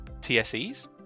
TSEs